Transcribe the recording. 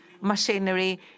machinery